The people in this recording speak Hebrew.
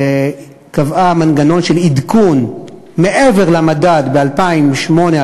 שקבע מנגנון של עדכון מעבר למדד ב-2009,